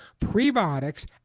Prebiotics